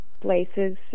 places